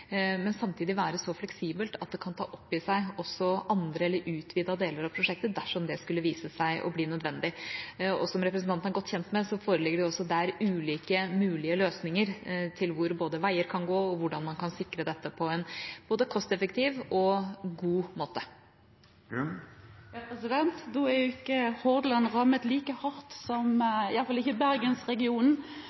men samtidig være så fleksibelt at det kan ta opp i seg andre eller utvidede deler av prosjektet dersom det skulle vise seg å bli nødvendig. Som representanten er godt kjent med, foreligger det også der ulike mulige løsninger til både hvor veier kan gå, og hvordan man kan sikre dette på en både kosteffektiv og god måte. Hordaland er jo ikke rammet like hardt, i hvert fall ikke Bergensregionen,